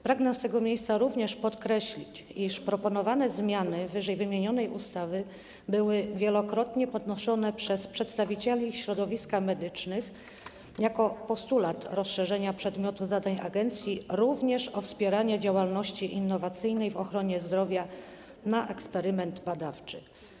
Pragnę z tego miejsca również podkreślić, iż proponowane zmiany ww. ustawy były wielokrotnie podnoszone przez przedstawicieli środowisk medycznych jako postulat rozszerzenia przedmiotu zadań agencji również o wspieranie działalności innowacyjnej w ochronie zdrowia w przypadku eksperymentu badawczego.